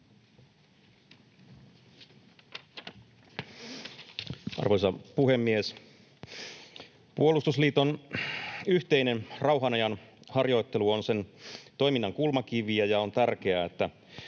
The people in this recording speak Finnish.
Arvoisa puhemies! Puolustusliiton yhteinen rauhanajan harjoittelu on sen toiminnan kulmakiviä, ja on tärkeää, että